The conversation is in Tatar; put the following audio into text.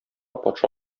патша